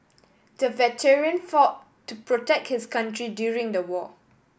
the veteran fought to protect his country during the war